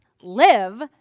live